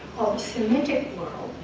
of symmetric world.